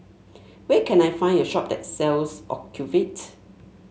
where can I find a shop that sells Ocuvite